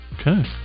okay